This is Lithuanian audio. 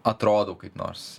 atrodau kaip nors